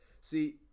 See